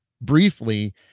briefly